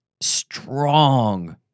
strong